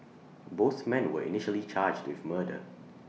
both men were initially charged with murder